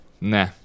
Nah